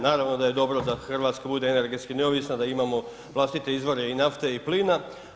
Naravno da je dobro da Hrvatska bude energetski neovisna i da imamo vlastite izvore i nafte i plina.